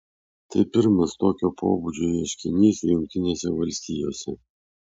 tai pirmas tokio pobūdžio ieškinys jungtinėse valstijose